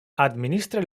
administre